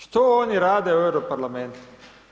Što oni rade u Euro Parlamentu?